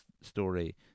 story